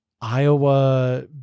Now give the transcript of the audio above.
iowa